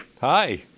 Hi